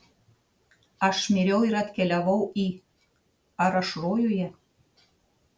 aš miriau ir atkeliavau į ar aš rojuje